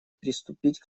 приступить